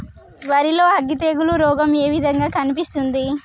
వరి లో అగ్గి తెగులు రోగం ఏ విధంగా కనిపిస్తుంది?